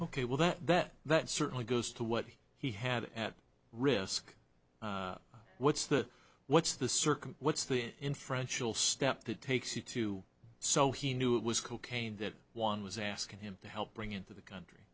ok well that that that certainly goes to what he had at risk what's the what's the circle what's the in french will step that takes you to so he knew it was cocaine that one was asking him to help bring into the country